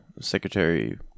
Secretary